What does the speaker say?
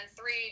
three